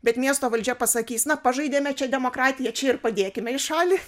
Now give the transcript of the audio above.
bet miesto valdžia pasakys na pažaidėme čia demokratiją čia ir padėkime į šalį